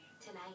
tonight